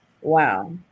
Wow